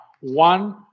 one